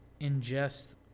ingest